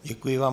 Děkuji vám.